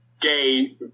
Gay